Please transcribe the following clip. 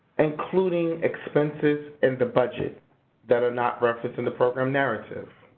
including expenses in the budget that are not referenced in the program narrative.